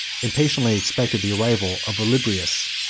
impatiently expected the arrival of olybrius,